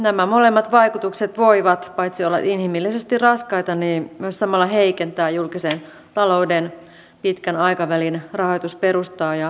nämä molemmat vaikutukset voivat paitsi olla inhimillisesti raskaita myös samalla heikentää julkisen talouden pitkän aikavälin rahoitusperustaa